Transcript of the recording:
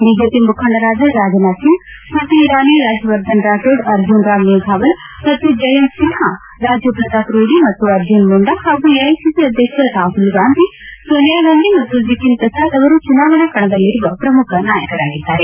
BJP ಮುಖಂಡರಾದ ರಾಜನಾಥ್ ಸಿಂಗ್ ಸ್ಕತಿ ಇರಾನಿ ರಾಜ್ಯವರ್ಧನ್ ರಾಥೋಡ್ ಅರ್ಜುನ್ ರಾಮ್ ಮೇಘವಾಲ್ ಮತ್ತು ಜಯಂತ್ ಸಿನ್ಹಾ ರಾಜೀವ್ ಪ್ರತಾಪ್ ರೂಡಿ ಮತ್ತು ಅರ್ಜುನ್ ಮುಂಡಾ ಹಾಗೂ ಎಐಸಿಸಿ ಅಧ್ಯಕ್ಷ ರಾಹುಲ್ ಗಾಂಧಿ ಸೋನಿಯಾ ಗಾಂಧಿ ಮತ್ತು ಜಿತಿನ್ ಪ್ರಸಾದ್ ಅವರು ಚುನಾವಣಾ ಕಣದಲ್ಲಿರುವ ಪ್ರಮುಖ ನಾಯಕರಾಗಿದ್ದಾರೆ